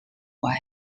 very